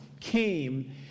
came